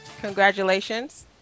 Congratulations